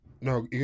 No